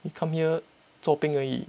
you come here zopeng 而已